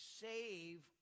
save